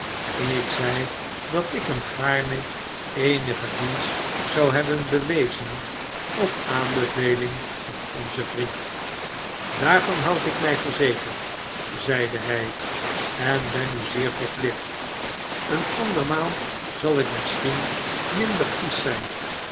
ik zei dat ik hem gaarne eenigen dienst zou hebben bewezen op aanbeveling van onzen vriend daarvan houd ik mij verzekerd zeide hy en ben u zeer verplicht een anderraaal zal ik misschien minder kiesch zyn